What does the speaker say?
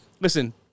listen –